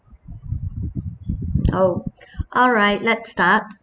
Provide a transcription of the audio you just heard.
oh alright let's start